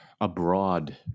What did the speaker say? abroad